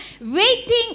Waiting